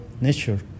nature